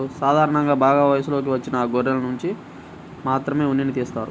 సాధారణంగా బాగా వయసులోకి వచ్చిన గొర్రెనుంచి మాత్రమే ఉన్నిని తీస్తారు